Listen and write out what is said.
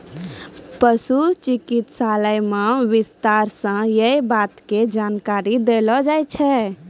पशु चिकित्सालय मॅ विस्तार स यै बात के जानकारी देलो जाय छै